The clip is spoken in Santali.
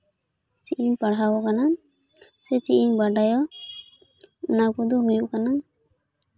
ᱪᱮᱫ ᱤᱧ ᱯᱟᱲᱦᱟᱣ ᱟᱠᱟᱱᱟ ᱥᱮ ᱪᱮᱫ ᱤᱧ ᱵᱟᱰᱟᱭᱟ ᱚᱱᱟ ᱠᱚᱫᱚ ᱦᱩᱭᱩᱜ ᱠᱟᱱᱟ